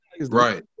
Right